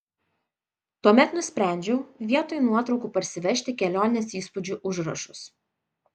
tuomet nusprendžiau vietoj nuotraukų parsivežti kelionės įspūdžių užrašus